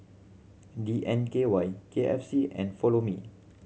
D N K Y K F C and Follow Me